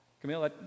Camille